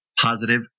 positive